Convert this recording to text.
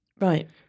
Right